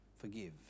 forgive